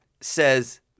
says